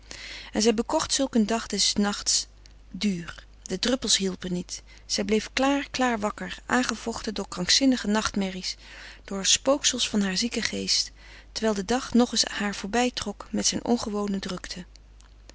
en zij bekocht zulk een dag des nachts duur de druppels hielpen niet zij bleef klaar klaar wakker aangevochten door krankzinnige nachtmerries door spooksels van haar zieken geest terwijl de dag nog eens haar voorbij trok met zijn ongewone drukte